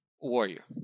Warrior